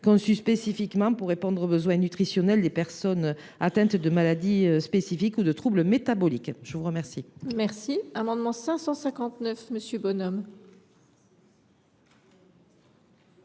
conçues spécifiquement pour répondre aux besoins nutritionnels des personnes atteintes de maladies spécifiques ou de troubles métaboliques. L’amendement n° 559 rectifié , présenté par MM. Bonhomme